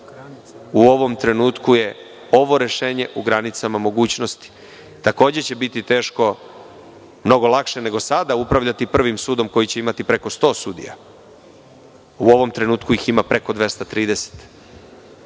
u ovom trenutku je ovo rešenje u granicama mogućnosti. Takođe će biti teško, mnogo lakše nego sada upravljati Prvim sudom koji će imati preko 100 sudija, u ovom trenutku ih ima preko 230.